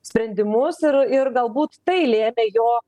sprendimus ir ir galbūt tai lėmė jo